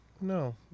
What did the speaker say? no